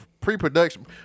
pre-production